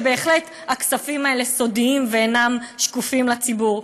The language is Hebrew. שבהחלט הכספים האלה סודיים ואינם שקופים לציבור.